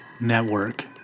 Network